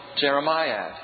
Jeremiah